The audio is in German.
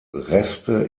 reste